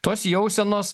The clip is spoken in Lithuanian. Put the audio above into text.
tos jausenos